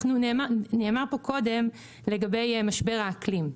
דובר כאן קודם על משבר האקלים.